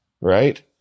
right